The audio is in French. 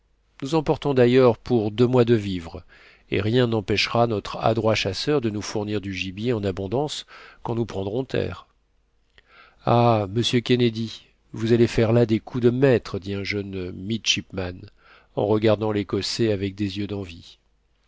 nous emportons d'ailleurs pour deux mois de vivres et rien n'empêchera notre adroit chasseur de nous fournir du gibier en abondance quand nous prendrons terre ah monsieur kennedy vous allez faire là des coups de maître dit un jeune midshipman en regardant l'écossais avec des yeux d'envie